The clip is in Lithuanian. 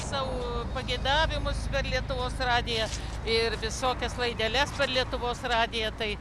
savo pageidavimus lietuvos radijas ir visokias laideles lietuvos radiją tai